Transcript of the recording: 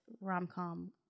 rom-com